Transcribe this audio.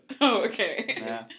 okay